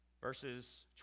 verses